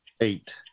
Eight